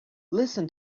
listen